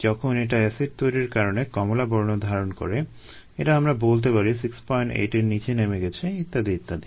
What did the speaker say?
যখন এটা এসিড তৈরির কারণে কমলা বর্ণ ধারণ করে এটা আমরা বলতে পারি 68 এর নিচে নেমে গেছে ইত্যাদি ইত্যাদি